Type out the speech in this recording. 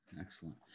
excellent